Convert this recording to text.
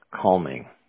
calming